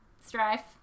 strife